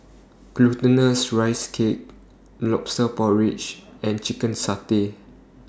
Glutinous Rice Cake Lobster Porridge and Chicken Satay